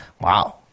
Wow